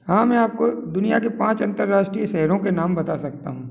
हाँ मैं आपको दुनिया के पाँच अंतर्राष्ट्रीय शहरों के नाम बता सकता हूँ